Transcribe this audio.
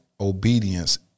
obedience